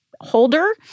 holder